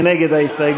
מי נגד ההסתייגות?